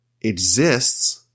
exists